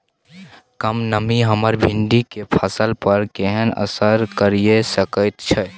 कम नमी हमर भिंडी के फसल पर केहन असर करिये सकेत छै?